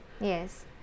yes